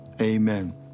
Amen